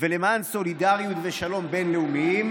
ולמען סולידריות ושלום בין-לאומיים,